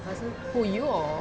who you or